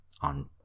on